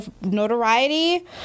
notoriety